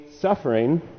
suffering